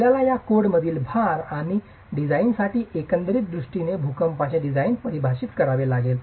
आपल्याला या कोडमधील भार आणि डिझाइनसाठी एकंदरीत दृष्टीकोन भूकंपाचे डिझाइन परिभाषित करावे लागेल